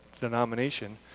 denomination